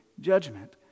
judgment